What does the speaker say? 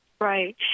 Right